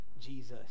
Jesus